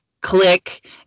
click